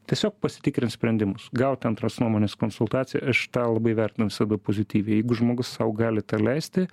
tiesiog pasitikrint sprendimus gaut antros nuomonės konsultaciją aš tą labai vertinu visada pozityviai jeigu žmogus sau gali tai leisti